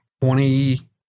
Twenty